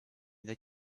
that